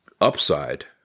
upside